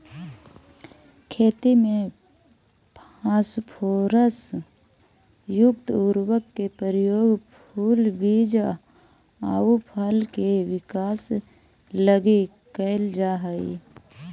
खेती में फास्फोरस युक्त उर्वरक के प्रयोग फूल, बीज आउ फल के विकास लगी कैल जा हइ